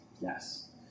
yes